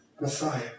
Messiah